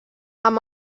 amb